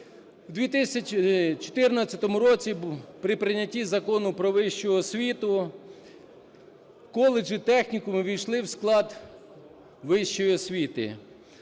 В 2014 році при прийнятті Закону "Про вищу освіту" коледжі, технікуми увійшли в склад вищої освіти,